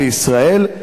בישראל.